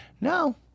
No